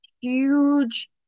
huge